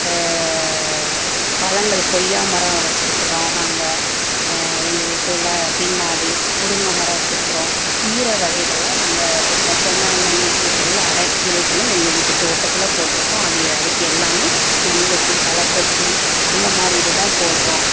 பழங்கள் கொய்யாமரம் வச்சிருக்கிறோம் நாங்கள் எங்கள் வீட்டில் பின்னாடி முருங்கை மரம் வச்சிருக்கிறோம் கீரை வகைகளும் நாங்கள் வச்சிருக்கோம் பொன்னாங்கண்ணி கீரைகளில் அரைக்கீரைகளும் எங்கள் வீட்டுத் தோட்டத்தில் போட்டுருக்கோம் அது அதுக்கு எல்லாம் மண்வெட்டி களகொத்தி அந்த மாதிரி இது தான் போடுறோம்